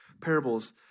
parables